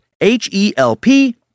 H-E-L-P